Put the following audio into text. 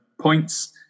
points